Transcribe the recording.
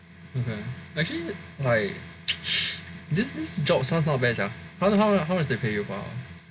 actually like this this job sounds not bad sia how how much they pay you